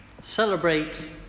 celebrate